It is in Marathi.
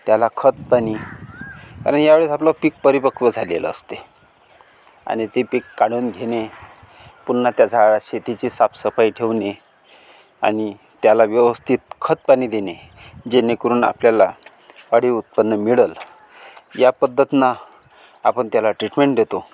त्याला खत पाणी आणि या वेळेस आपलं पीक परीपक्व झालेलं असते आणि ते पीक काढून घेणे पुन्हा त्या झा शेतीची साफसफाई ठेवणे आणि त्याला व्यवस्थित खत पाणी देणे जेणेकरून आपल्याला वाढीव उत्पन्न मिळल या पद्धतीनं आपण त्याला ट्रीटमेंट देतो